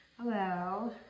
Hello